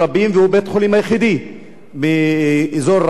הוא בית-החולים היחיד באזור רחב